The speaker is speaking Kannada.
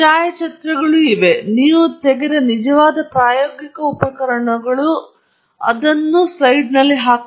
ಛಾಯಾಚಿತ್ರಗಳು ಇವೆ ನೀವು ತೆಗೆದ ನಿಜವಾದ ಪ್ರಾಯೋಗಿಕ ಉಪಕರಣಗಳು ಮತ್ತು ನೀವು ಅದನ್ನು ಇರಿಸಿದ್ದೀರಿ ಆದ್ದರಿಂದ ಅದು ನೀವು ಮಾಡುವ ವಿಷಯ